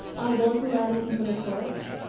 i was allowed into the court,